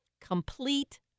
complete